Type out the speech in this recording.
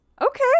Okay